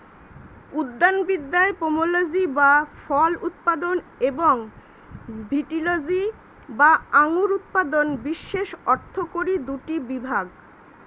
উদ্যানবিদ্যায় পোমোলজি বা ফল উৎপাদন এবং ভিটিলজি বা আঙুর উৎপাদন বিশেষ অর্থকরী দুটি বিভাগ